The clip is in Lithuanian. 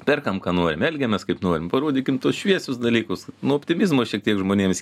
perkam ką norim elgiamės kaip norim parodykim tuos šviesius dalykus nu optimizmo šiek tiek žmonėms